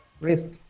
risk